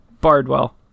Bardwell